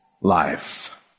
life